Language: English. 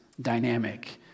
dynamic